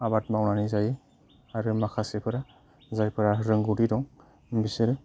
आबाद मावनानै जायो आरो माखासेफोर जायफोरा रोंगौथि दं बिसोरो